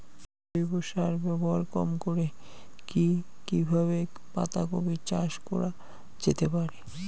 জৈব সার ব্যবহার কম করে কি কিভাবে পাতা কপি চাষ করা যেতে পারে?